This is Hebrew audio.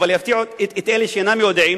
אבל יפתיע את אלה שאינם יודעים